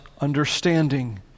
understanding